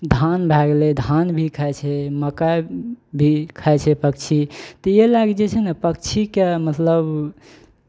धान भए गेलै धान भी खाइ छै मकइ भी खाइ छै पक्षी तऽ इएह लए कऽ जे छै ने पक्षीके मतलब